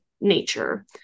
nature